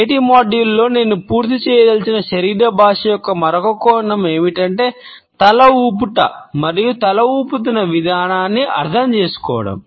నేటి మాడ్యూల్లో నేను పూర్తి చేయదలిచిన శరీర భాష యొక్క మరొక కోణం ఏమిటంటే తల ఊపూట మరియు తల ఊపుతున్న విధానం అర్థం చేసుకోవడం